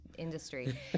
Industry